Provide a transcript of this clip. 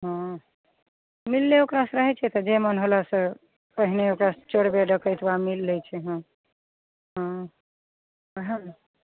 हँ मिलले ओकरासँ रहैत छै तऽ जे मन होलऽ से पहिने ओकरा चोरबे डकैतबा मिल लै छै हँ हँ ओहए ने